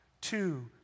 two